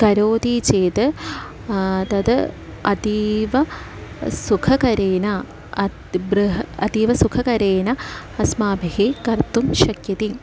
करोति चेत् तद् अतीव सुखकरेण अतः बृहत् अतीव सुखकरेण अस्माभिः कर्तुं शक्यते